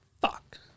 fuck